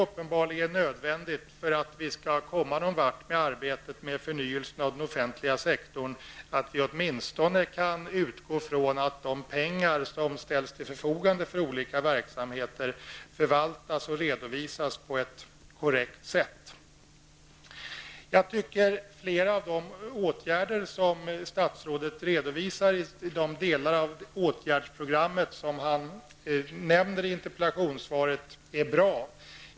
För att vi skall komma någon vart i arbetet med förnyelsen av den offentliga sektorn är det uppenbart nödvändigt att vi åtminstone kan utgå ifrån att de pengar som ställts till förfogande för olika verksamheter förvaltas och redovisas på ett korrekt sätt. Jag tycker att flera av de åtgärder statsrådet redovisar i interpellationssvaret är bra.